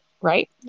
right